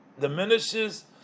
Diminishes